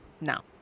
now